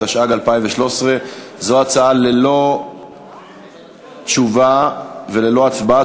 התשע"ג 2013. זו הצעה ללא תשובה וללא הצבעה.